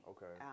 Okay